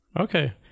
okay